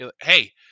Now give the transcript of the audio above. hey